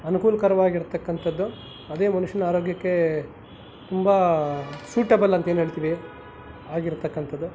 ಅನುಕೂಲ್ಕರವಾಗಿರ್ತಕ್ಕಂಥದ್ದು ಅದೇ ಮನುಷ್ಯನ ಆರೋಗ್ಯಕ್ಕೆ ತುಂಬ ಸೂಟೆಬಲ್ ಅಂತ ಏನು ಹೇಳ್ತೀವಿ ಆಗಿರತಕ್ಕಂಥದ್ದು